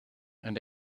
and